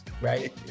right